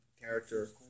character